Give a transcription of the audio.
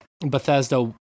Bethesda